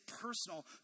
personal